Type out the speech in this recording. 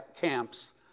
camps